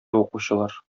укучылар